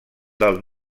del